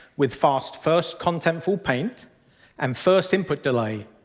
with fast first contentful paint and first input delay,